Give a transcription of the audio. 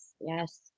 yes